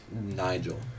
Nigel